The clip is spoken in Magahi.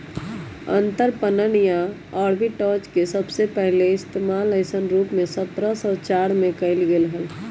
अंतरपणन या आर्बिट्राज के सबसे पहले इश्तेमाल ऐसन रूप में सत्रह सौ चार में कइल गैले हल